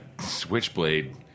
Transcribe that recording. switchblade